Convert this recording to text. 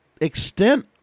extent